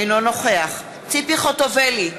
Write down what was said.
אינו נוכח ציפי חוטובלי,